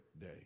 day